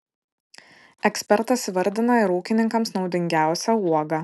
ekspertas įvardina ir ūkininkams naudingiausią uogą